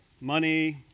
Money